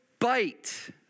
bite